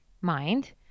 mind